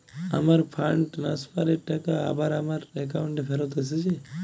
আমার fund transfer এর টাকা আবার আমার একাউন্টে ফেরত এসেছে